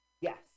yes